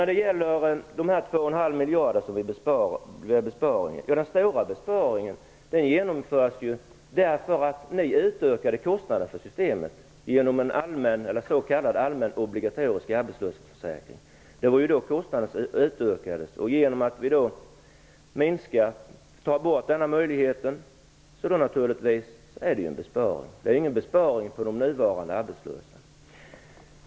När det gäller de två och en halv miljarderna i besparing vill jag säga att den stora besparingen beror på att ni ökade kostnaderna för systemet genom en s.k. allmän obligatorisk arbetslöshetsförsäkring. Genom att vi ändrar på det uppstår det naturligtvis en besparing. Det är ingen besparing på de nu arbetslösas bekostnad.